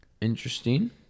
Interesting